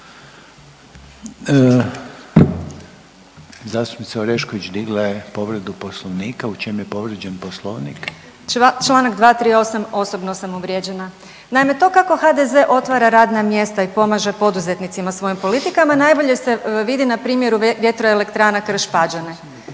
Poslovnik? **Orešković, Dalija (Stranka s imenom i prezimenom)** Članak 238., osobno sam uvrijeđena. Naime, to kako HDZ otvara radna mjesta i pomaže poduzetnicima svojim politikama najbolje se vidi na primjeru vjetroelektrana Krš Pađene.